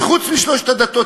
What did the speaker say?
וחוץ משלוש הדתות,